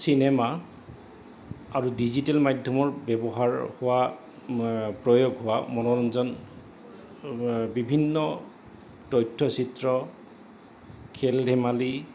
cinema আৰু digital মাধ্যমৰ ব্যৱহাৰ হোৱা প্ৰয়োগ হোৱা মনোৰঞ্জন বিভিন্ন তথ্য চিত্ৰ খেল ধেমালি